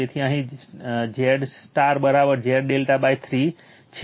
તેથી અહીં Zy Z∆ 3 છે